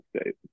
State